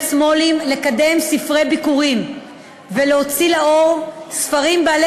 מו"לים לקדם ספרי ביכורים ולהוציא לאור ספרים בעלי